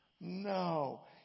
No